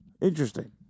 Interesting